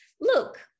look